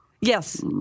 Yes